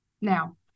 Now